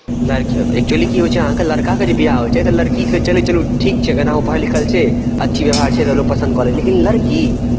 like actually की होइत छै अहाँके लड़काके जे विवाह होइत छै तऽ लड़की कहै चलै चलू लड़की ठीक छै एनाहू पढ़ल लिखल छै अच्छी व्यवहार छै तऽ लोक पसन्द कऽ लैत छलै लेकिन लड़की